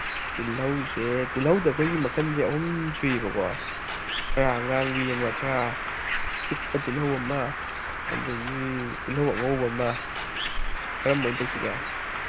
ꯇꯤꯜꯍꯧꯁꯦ ꯇꯤꯜꯍꯧꯗ ꯑꯩꯈꯣꯏ ꯃꯈꯟꯁꯦ ꯑꯍꯨꯝ ꯁꯨꯏꯌꯦꯕꯀꯣ ꯈꯔ ꯑꯉꯥꯡꯕꯤ ꯑꯃ ꯈꯔ ꯄꯤꯛꯄ ꯇꯤꯜꯍꯧ ꯑꯃ ꯑꯗꯒꯤ ꯇꯤꯜꯍꯧ ꯑꯉꯧꯕ ꯑꯃ ꯀꯔꯝꯕ ꯑꯣꯏ ꯇꯧꯁꯤꯒꯦ